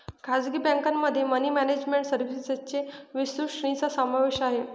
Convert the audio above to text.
खासगी बँकेमध्ये money management सर्व्हिसेसच्या विस्तृत श्रेणीचा समावेश आहे